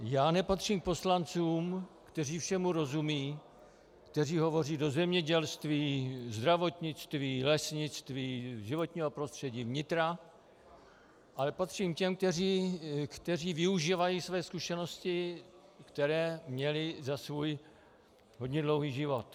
Já nepatřím k poslancům, kteří všemu rozumí, kteří hovoří do zemědělství, zdravotnictví, lesnictví, životního prostředí, vnitra, ale patřím k těm, kteří využívají své zkušenosti, které měli za svůj hodně dlouhý život.